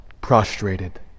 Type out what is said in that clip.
Prostrated